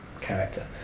character